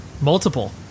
multiple